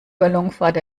ballonfahrt